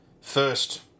first